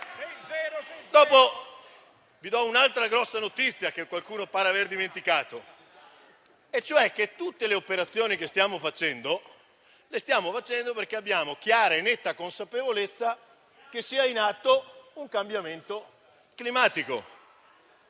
Vi do un'altra grossa notizia che qualcuno pare aver dimenticato e cioè che tutte le operazioni che stiamo facendo le stiamo facendo perché abbiamo chiara e netta consapevolezza che sia in atto un cambiamento climatico